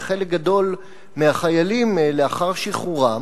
שחלק גדול מהחיילים לאחר שחרורם,